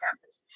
campus